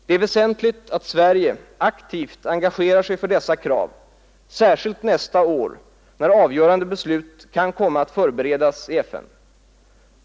Det är väsentligt att Sverige aktivt engagerar sig för dessa krav särskilt nästa år, när avgörande beslut kan komma att förberedas i FN.